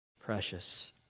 Precious